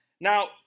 Now